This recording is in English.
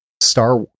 Star